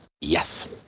Yes